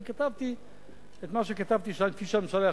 אני כתבתי את מה שכתבתי כפי שהממשלה החליטה,